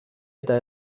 eta